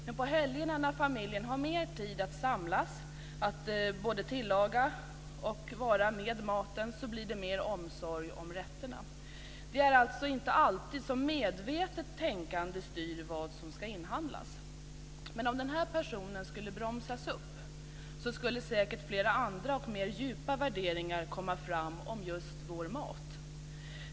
Men på helgerna, när familjen har mer tid att samlas, att tillaga och att äta maten blir det mer omsorg om rätterna. Det är alltså inte alltid som ett medvetet tänkande styr vad som ska inhandlas. Men om personen i fråga skulle bromsas upp skulle säkert flera andra och mer djupa värderingar komma fram just om vår mat.